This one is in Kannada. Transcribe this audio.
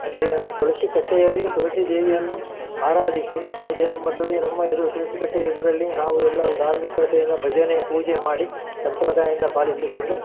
ದೆ ತುಳಸಿಕಟ್ಟೆಯಲ್ಲಿ ತುಳಸಿ ದೇವಿಯನ್ನು ಆರಾಧಿಸಿ ಹಾಗೇ ನಮ್ಮ ತುಳಸಿ ನಮ್ಮ ಎದುರು ತುಳಸಿ ಕಟ್ಟೆಯ ಎದುರಲ್ಲಿ ನಾವು ಎಲ್ಲರೂ ಧಾರ್ಮಿಕತೆಯಿಂದ ಭಜನೆ ಪೂಜೆ ಮಾಡಿ ಸಂಪ್ರದಾಯದಿಂದ ಪಾಲಿಸಿಕೊಂಡು